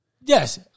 Yes